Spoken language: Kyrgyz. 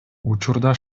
учурда